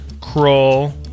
Crawl